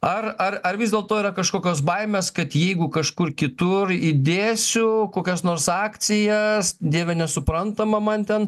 ar ar ar vis dėlto yra kažkokios baimės kad jeigu kažkur kitur įdėsiu kokias nors akcijas dieve nesuprantama man ten